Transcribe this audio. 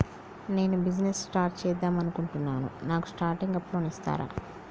నేను business start చేద్దామనుకుంటున్నాను నాకు స్టార్టింగ్ అప్ లోన్ ఇస్తారా?